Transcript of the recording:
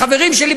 החברים שלי,